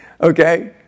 Okay